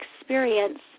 experience